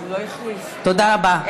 תודה רבה.